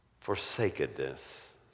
forsakenness